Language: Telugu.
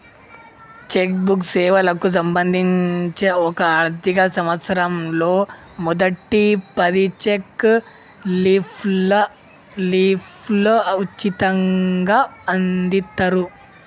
చెక్ బుక్ సేవలకు సంబంధించి ఒక ఆర్థిక సంవత్సరంలో మొదటి పది చెక్ లీఫ్లు ఉచితంగ అందిత్తరు